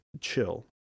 chill